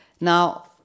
Now